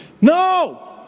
No